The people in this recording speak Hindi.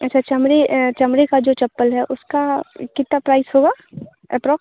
अच्छा चमड़े चमड़े का जो चप्पल है उसका कितना प्राइस होगा अपरोक्स